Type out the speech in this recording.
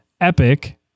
epic